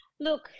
look